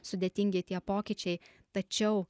sudėtingi tie pokyčiai tačiau